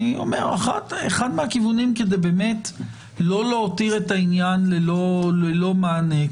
אחד מהכיוונים כדי לא להותיר את העניין ללא מענה,